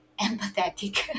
empathetic